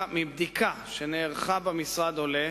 מבדיקה שנערכה במשרד עולה